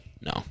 no